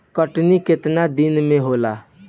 कटनी केतना दिन में होला?